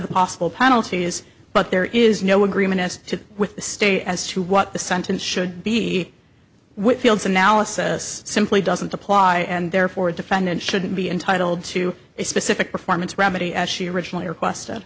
the possible penalties but there is no agreement as to with the state as to what the sentence should be whitfield's analysis simply doesn't apply and therefore a defendant shouldn't be entitled to a specific performance remedy as she originally request